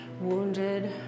wounded